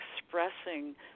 expressing